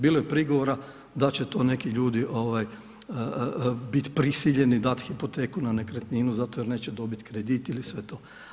Bilo je prigovora da će to neki ljudi biti prisiljeni dati hipoteku na nekretninu zato jer neće dobiti kredit ili sve to.